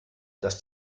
dass